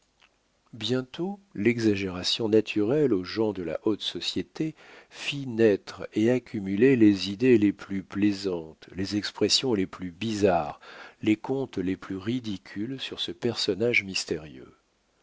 bientôt l'exagération naturelle aux gens de la haute société fit naître et accumuler les idées les plus plaisantes les expressions les plus bizarres les contes les plus ridicules sur ce personnage mystérieux